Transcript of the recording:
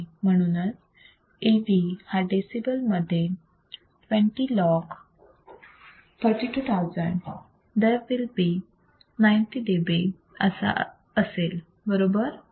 म्हणून AV हा decibel मध्ये 20 log 32000 there will be 90 dB असा असेल बरोबर